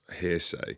hearsay